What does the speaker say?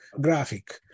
graphic